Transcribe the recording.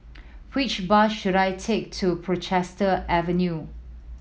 which bus should I take to Portchester Avenue